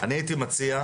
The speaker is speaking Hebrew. אני הייתי מציע,